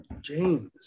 James